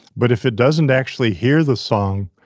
but if it doesn't actually hear the song,